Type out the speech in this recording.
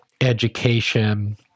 education